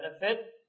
benefit